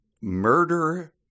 Murder